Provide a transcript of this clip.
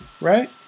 right